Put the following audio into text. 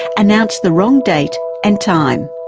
announced the wrong date and time.